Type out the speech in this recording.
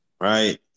Right